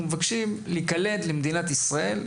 אנחנו מבקשים להיקלט במדינת ישראל,